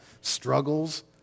struggles